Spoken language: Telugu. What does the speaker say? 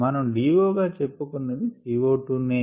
మనం DO గా చెప్పుకున్నది CO2నే